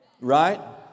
Right